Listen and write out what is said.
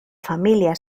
familia